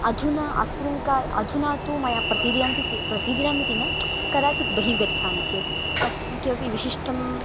अधुना अस्मिन् क अधुना तु मया प्रतिदिनमपि प्रतिदिनम् इति न कदाचित् बहिर्गच्छामि चेत् कस्य किमपि विशिष्टं